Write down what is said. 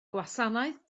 gwasanaeth